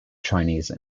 chinese